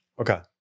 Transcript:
Okay